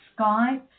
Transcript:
Skype